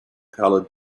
colored